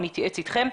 ונתייעץ אתכם.